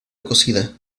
cocida